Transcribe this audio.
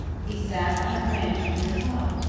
he sat on a branch near the top,